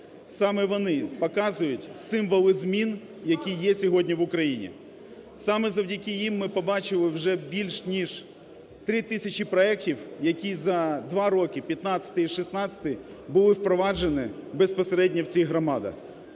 саме вони показують символи змін, які є сьогодні в Україні. Саме завдяки їм ми побачили вже більше, ніж 3 тисячі проектів, які за два роки – 2015-й і 2016-й – були впроваджені безпосередньо в цих громадах.